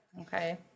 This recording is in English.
Okay